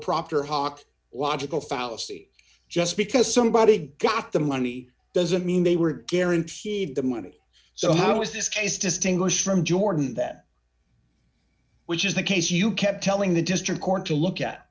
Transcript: propter hoc logical fallacy just because somebody got the money doesn't mean they were guaranteed the money so how is this case distinguished from jordan that which is the case you kept telling the district court to look at